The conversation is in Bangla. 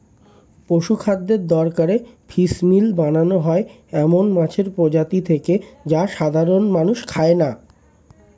পশুখাদ্যের দরকারে ফিসমিল বানানো হয় এমন মাছের প্রজাতি থেকে যা সাধারনত মানুষে খায় না